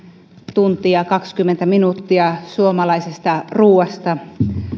tunti ja ja kaksikymmentä minuuttia suomalaisesta ruuasta